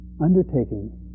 undertaking